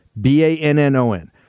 B-A-N-N-O-N